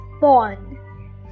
born